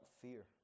fear